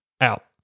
out